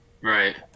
Right